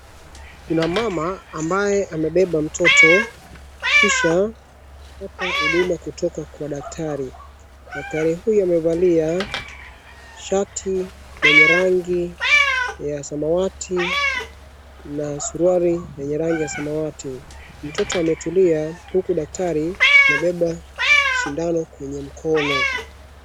Kuna mama ambaye amebeba mtoto kisha anapata huduma kutoka kwa daktari. Dakatari huyu amevalia shati lenye rangi ya samawati na suruali yenye rangi ya samawati. Mtoto ametulia huku daktari amebeba sindano kwenye mkono.